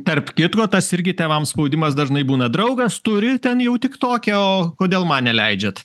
tarp kitko tas irgi tėvams spaudimas dažnai būna draugas turi ten jau tik toke o kodėl man neleidžiat